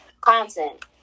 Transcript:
content